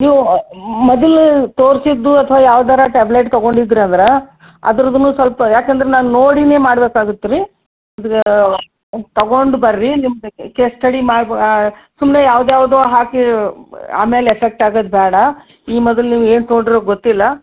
ನೀವು ಮೊದ್ಲು ತೋರಿಸಿದ್ದು ಅಥವಾ ಯಾವ್ದಾರೂ ಟ್ಯಾಬ್ಲೆಟ್ ತೊಗೊಂಡಿದ್ರಿ ಅಂದ್ರೆ ಅದ್ರುದೂ ಸ್ವಲ್ಪ ಯಾಕಂದ್ರೆ ನಾನು ನೋಡಿಯೇ ಮಾಡ್ಬೇಕಾಗತ್ತೆ ರೀ ತಗೊಂಡು ಬನ್ರಿ ನಿಮ್ದು ಕೇಸ್ ಸ್ಟಡಿ ಮಾಡಿ ಸುಮ್ಮನೆ ಯಾವ್ದ್ಯಾವುದೋ ಹಾಕಿ ಆಮೇಲೆ ಎಫೆಕ್ಟ್ ಆಗೋದ್ ಬೇಡ ಈ ಮೊದಲು ನೀವು ಏನು ತೊಗೊಂಡೀರೊ ಗೊತ್ತಿಲ್ಲ